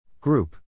Group